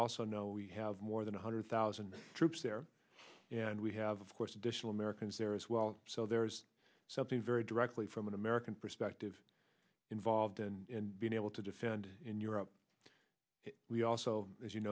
also know we have more than one hundred thousand troops there and we have of course additional americans there as well so there's something very directly from an american perspective involved in being able to defend in europe we also as you